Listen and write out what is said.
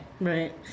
Right